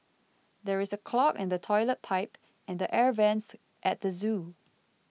there is a clog in the Toilet Pipe and the Air Vents at the zoo